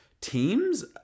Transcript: teams